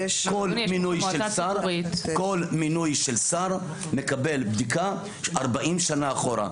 כל מינוי של שר מקבל בדיקה 40 שנה אחורה.